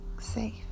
safe